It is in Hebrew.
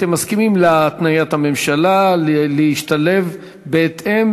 אתם מסכימים להתניית הממשלה להשתלב בהתאם